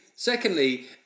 Secondly